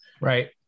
Right